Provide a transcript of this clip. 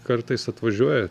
kartais atvažiuoja